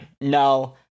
no